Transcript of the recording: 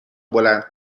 بلند